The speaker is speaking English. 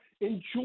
enjoy